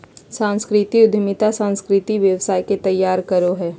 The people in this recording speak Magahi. सांस्कृतिक उद्यमिता सांस्कृतिक व्यवसाय के तैयार करो हय